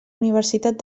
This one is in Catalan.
universitat